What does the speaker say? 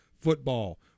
football